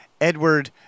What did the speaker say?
Edward